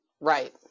Right